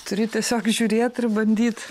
turi tiesiog žiūrėt ir bandyt